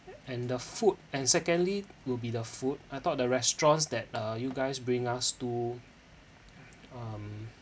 and the food and secondly will be the food I thought the restaurants that uh you guys bring us to um